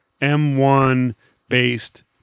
M1-based